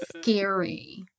scary